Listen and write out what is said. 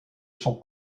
son